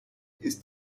ist